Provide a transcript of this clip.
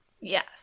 Yes